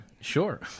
sure